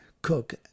Cook